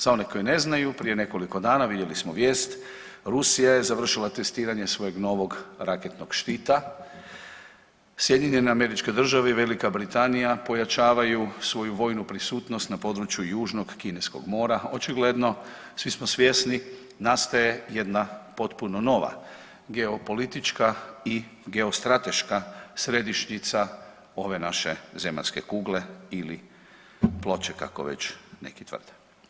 Za one koji ne znaju prije nekoliko dana vidjeli smo vijest Rusija je završila atestiranje svojeg novog raketnog štita, SAD i Velika Britanija pojačavaju svoju vojnu prisutnost na području južnog kineskog mora, očigledno svi smo svjesni nastaje jedna potpuno nova geopolitička i geostrateška središnjica ove naše zemaljske kugle ili ploče kako već neki tvrde.